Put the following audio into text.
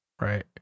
Right